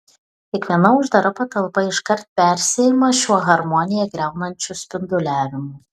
kiekviena uždara patalpa iškart persiima šiuo harmoniją griaunančiu spinduliavimu